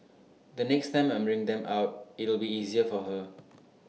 the next time I bring them out it'll be easier for her